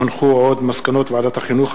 מסקנות ועדת החינוך,